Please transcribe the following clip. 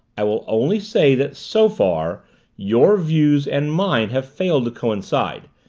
i will only say that so far your views and mine have failed to coincide.